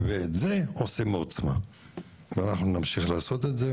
את זה עושים מעוצמה ואנחנו נמשיך לעשות את זה,